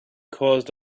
caused